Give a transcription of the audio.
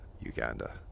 Uganda